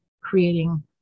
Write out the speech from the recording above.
creating